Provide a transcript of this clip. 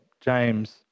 James